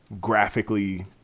graphically